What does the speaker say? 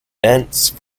dense